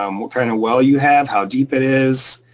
um what kind of well you have, how deep it is,